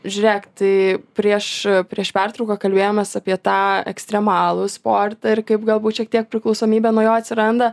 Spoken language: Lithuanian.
žiūrėk tai prieš prieš pertrauką kalbėjomės apie tą ekstremalų sportą ir kaip galbūt šiek tiek priklausomybė nuo jo atsiranda